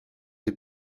des